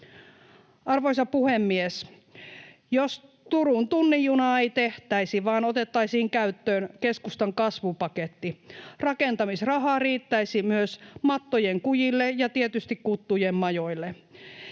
Arvoisa puhemies! Jos Turun tunnin junaa ei tehtäisi, vaan otettaisiin käyttöön keskustan kasvupaketti, rakentamisrahaa riittäisi myös mattojen kujille ja tietysti kuttujen majoille.